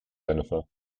jennifer